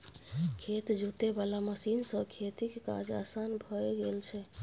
खेत जोते वाला मशीन सँ खेतीक काज असान भए गेल छै